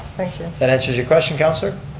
thank you. that answers your question, councilor.